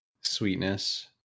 sweetness